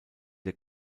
der